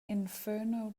inferno